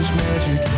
magic